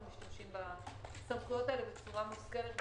אנחנו משתמשים בסמכויות האלה בצורה מושכלת.